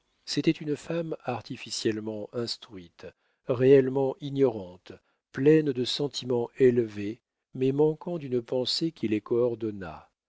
c'était une femme artificiellement instruite réellement ignorante pleine de sentiments élevés mais manquant d'une pensée qui les coordonnât